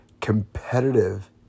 Competitive